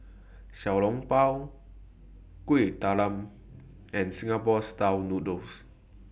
Xiao Long Bao Kueh Talam and Singapore Style Noodles